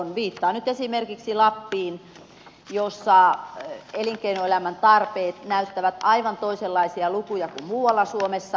viittaan nyt esimerkiksi lappiin jossa elinkeinoelämän tarpeet näyttävät aivan toisenlaisia lukuja kuin muualla suomessa